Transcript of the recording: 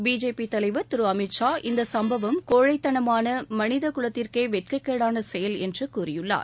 BJP தேசிய தலைவர் திரு அமித் ஷா இந்த சம்பவம் கோழழத்தனமான மனித குலத்திற்கே வெட்கக்கேடான செயல் என்று கூறியுள்ளார்